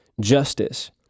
justice